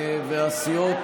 והסיעות,